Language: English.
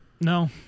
No